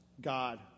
God